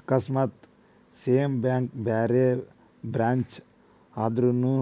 ಆಕಸ್ಮಾತ್ same bank ಬ್ಯಾರೆ branch ಆದ್ರುನೂ